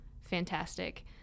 fantastic